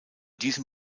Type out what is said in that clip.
diesem